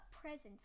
presents